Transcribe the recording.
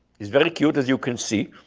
he's very cute as you can see,